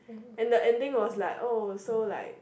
and the ending was like oh so like